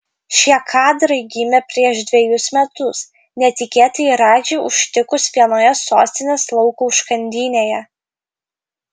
šie kadrai gimė prieš dvejus metus netikėtai radži užtikus vienoje sostinės lauko užkandinėje